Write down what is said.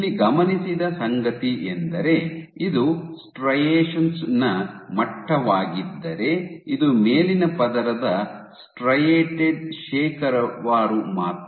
ಇಲ್ಲಿ ಗಮನಿಸಿದ ಸಂಗತಿಯೆಂದರೆ ಇದು ಸ್ಟ್ರೈಯೆಶೆನ್ ನ ಮಟ್ಟವಾಗಿದ್ದರೆ ಇದು ಮೇಲಿನ ಪದರದ ಸ್ಟ್ರೈಟೆಡ್ ಶೇಕಡಾವಾರು ಮಾತ್ರ